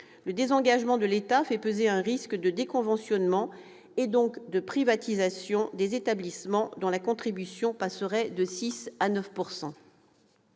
Le désengagement de l'État fait peser un risque de déconventionnement, donc de privatisation, des établissements, dont la contribution passerait de 6 % à 9 %.